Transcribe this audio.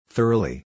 Thoroughly